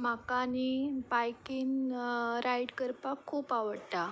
म्हाका न्ही biking ride करपा खूब आवडटा